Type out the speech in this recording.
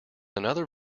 another